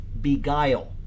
beguile